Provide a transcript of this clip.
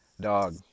dog